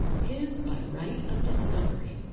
his by right of discovery,